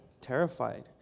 terrified